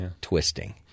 twisting